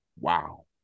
wow